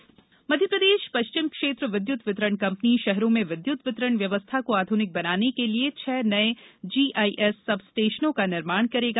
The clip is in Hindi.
जीआईएस स्टेशन मध्यप्रदेश पश्चिम क्षेत्र विद्युत वितरण कंपनी शहरों में विद्युत वितरण व्यवस्था को आध्निक बनाने के लिए छह नए जीआईएस सब स्टेशनों का निर्माण करेगा